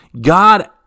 God